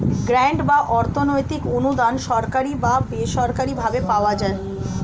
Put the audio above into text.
grant বা অর্থনৈতিক অনুদান সরকারি বা বেসরকারি ভাবে পাওয়া যায়